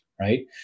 right